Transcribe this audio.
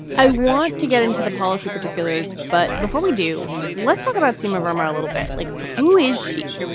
i want to get into the policy particulars, but before we do, let's talk about some of um our money a little bit. like who is she?